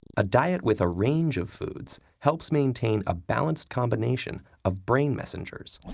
a diet with a range of foods helps maintain a balanced combination of brain messengers,